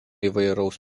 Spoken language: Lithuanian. įvairaus